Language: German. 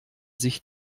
sich